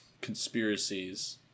conspiracies